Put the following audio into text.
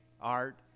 art